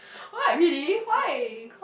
what really why